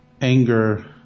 anger